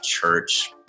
church